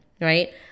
Right